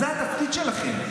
זה התפקיד שלכם.